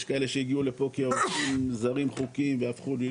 יש כאלה שהגיעו לפה כעובדים זרים חוקיים והפכו להיות